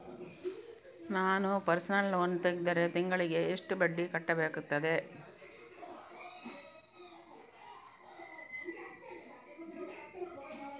ನಾನು personal loan ತೆಗೆದರೆ ತಿಂಗಳಿಗೆ ಎಷ್ಟು ಬಡ್ಡಿ ಕಟ್ಟಬೇಕಾಗುತ್ತದೆ?